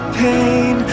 pain